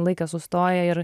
laikas sustoja ir